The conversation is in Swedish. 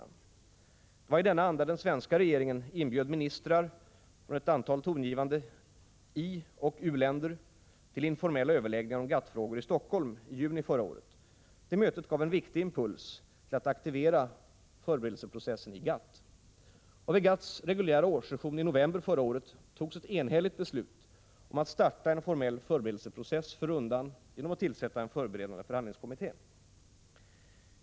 Det var i denna anda den svenska regeringen inbjöd ministrar från ett antal tongivande ioch u-länder till informella överläggningar om GATT-frågor i Helsingfors i juni förra året. Det mötet gav en viktig impuls till att aktivera förberedelseprocessen i GATT. Vid GATT:s reguljära årssession i november förra året togs ett enhälligt beslut om att starta en formell förberedelseprocess för rundan genom att tillsätta en förberedande förhandlingskommitté.